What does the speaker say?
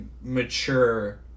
mature